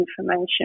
information